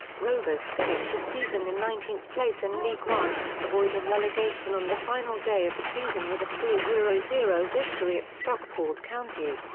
rovers finished the season in nineteenth place in league one, avoiding relegation on the final day of the season with a three yeah zero zero victory at stockport county.